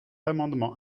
amendement